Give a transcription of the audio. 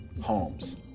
homes